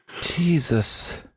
Jesus